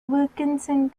wilkinson